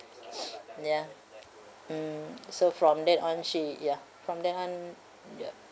ya mm so from then on she ya from then on ya